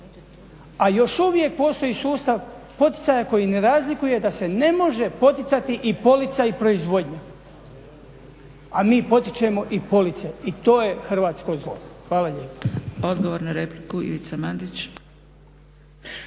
A još uvijek postoji sustav poticaja koji ne razlikuje da se ne može poticati i polica i proizvodnja, a mi potičemo i police i to je hrvatsko zlo. Hvala lijepo.